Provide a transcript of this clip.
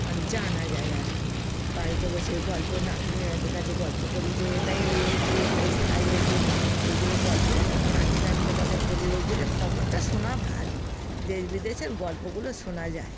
মানে জানা যায় আর কি বাড়িতে বসে গল্প নাতি নাতনিদের কাছে গল্প করি যে এথায় ওই হয়েছে এথায় তাই হয়েছে এগুলো গল্প আমি নাতি নাতনিদের কাছে বলি ওই জন্যে খবরটা শোনা ভালো দেশ বিদেশের গল্পগুলো শোনা যায়